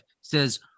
says